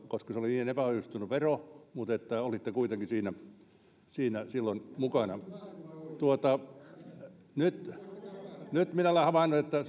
koska se oli niin epäonnistunut vero mutta olitte kuitenkin siinä siinä silloin mukana nyt nyt minä olen havainnut että